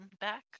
back